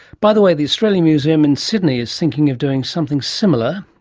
by the way, the australian museum in sydney is thinking of doing something similar,